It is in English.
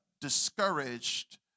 discouraged